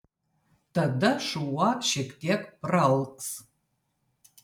tada šuo šiek tiek praalks